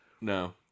No